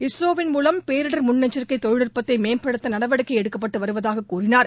இஸ்ரோவின் மூவம் பேரிடர் முன்னெச்சரிக்கை தொழில்நுட்பத்தை மேம்படுத்த நடவடிக்கை எடுக்கப்பட்டு வருவதாக தெரிவித்தார்